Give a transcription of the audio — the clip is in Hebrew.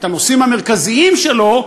את הנושאים המרכזיים שלו,